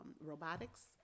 robotics